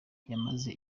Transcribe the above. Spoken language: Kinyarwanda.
maze